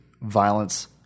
violence